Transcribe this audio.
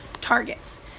targets